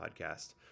podcast